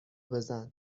بزن